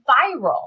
viral